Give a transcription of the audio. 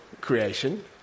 creation